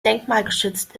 denkmalgeschützt